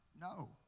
No